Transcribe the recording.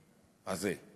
הזה.